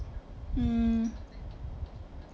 mm